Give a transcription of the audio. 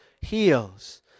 heals